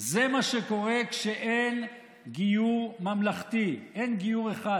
זה מה שקורה כשאין גיור ממלכתי, כשאין גיור אחד.